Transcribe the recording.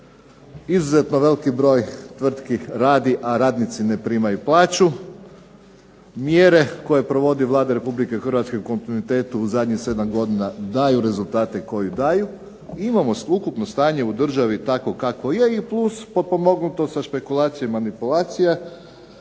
izuzetno veliki broj tvrtki radi, a radnici ne primaju plaću. Mjere koje provodi Vlada Republike Hrvatske u kontinuitetu u zadnjih 7 godina daju rezultate koji daju. Imamo ukupno stanje u državi takvo kakvo je i plus potpomognuto sa špekulacijama i manipulacijama.